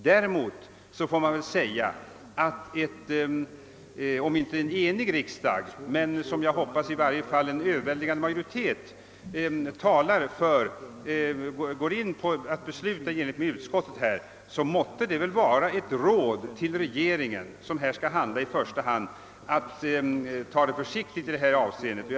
Däremot får man väl säga att om inte en enig riksdag så dock hoppas jag, en överväldigande majoritet, går in för ett beslut i enlighet med utskottet, så måste det väl vara ett råd till regeringen, som här skall handla i första hand, att ta det försiktigt med Vindelälven.